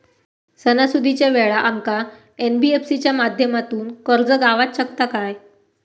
सणासुदीच्या वेळा आमका एन.बी.एफ.सी च्या माध्यमातून कर्ज गावात शकता काय?